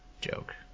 joke